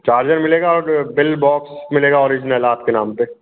charger मिलेगा और bill box मिलेगा ओरिजनल आपके नाम पर